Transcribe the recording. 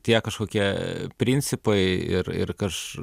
tie kažkokie principai ir ir aš